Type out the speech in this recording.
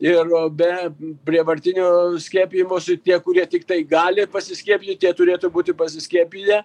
ir be prievartinio skiepijimosi tie kurie tiktai gali pasiskiepyti tie turėtų būti pasiskiepiję